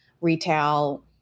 retail